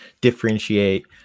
differentiate